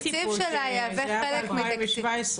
זה היה ב-2017.